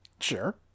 Sure